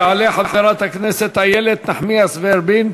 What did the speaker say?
תעלה חברת הכנסת איילת נחמיאס ורבין,